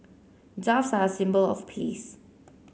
doves are symbol of peace